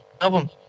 album